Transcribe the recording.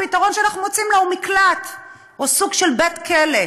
הפתרון שאנחנו מוצאים לה הוא מקלט או סוג של בית-כלא.